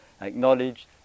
acknowledge